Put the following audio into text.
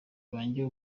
banjye